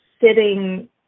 sitting